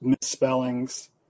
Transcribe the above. misspellings